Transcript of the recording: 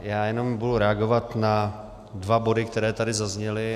Já jenom budu reagovat na dva body, které tady zazněly.